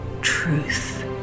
truth